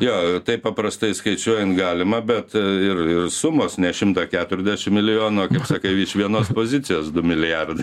jo taip paprastai skaičiuojant galima bet ir ir sumos ne šimtą keturiasdešim milijonų o sakai vienos pozicijos du milijardai